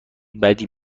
بدی